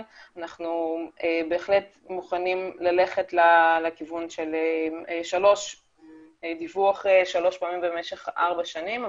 אנחנו מוכנים ללכת לכיוון של דיווח שלוש פעמים במשך ארבע שנים.